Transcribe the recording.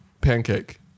pancake